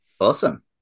awesome